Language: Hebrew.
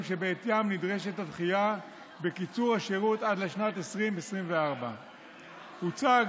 שבעטיים נדרשת הדחייה בקיצור השירות עד לשנת 2024. הוצג